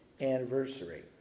anniversary